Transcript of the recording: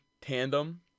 tandem